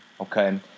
Okay